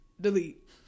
Delete